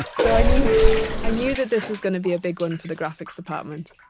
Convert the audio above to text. so i knew i knew that this was going to be a big one for the graphics department